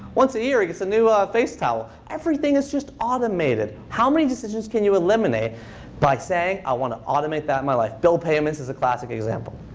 once a year, he gets a new face towel. everything is just automated. how many decisions can you eliminate by saying, i want to automate that my life? bill payments is a classic example.